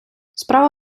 справа